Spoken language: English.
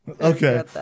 Okay